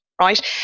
Right